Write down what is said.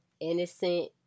innocent